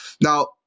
Now